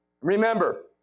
Remember